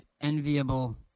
enviable